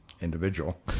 individual